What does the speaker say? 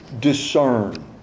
discern